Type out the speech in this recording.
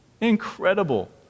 Incredible